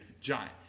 Giant